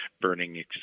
burning